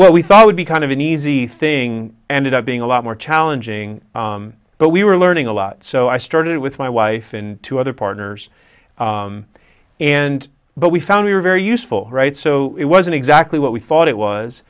what we thought would be kind of an easy thing ended up being a lot more challenging but we were learning a lot so i started with my wife and two other partners and but we found we were very useful right so it wasn't exactly what we thought it was